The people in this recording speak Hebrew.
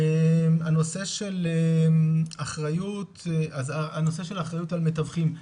בנושא של אחריות על מתווכים.